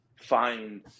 find